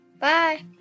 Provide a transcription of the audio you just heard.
Bye